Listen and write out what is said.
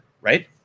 Right